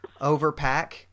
overpack